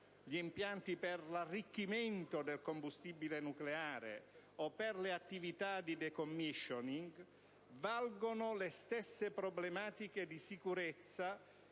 gli impianti per l'arricchimento del combustibile nucleare o per le attività di *decommissioning)* valgono le stesse problematiche di sicurezza.